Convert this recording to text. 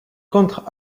contre